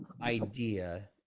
idea